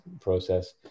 process